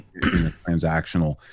transactional